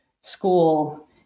school